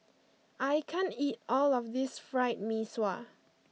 I can't eat all of this Fried Mee Sua